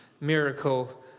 miracle